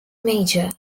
major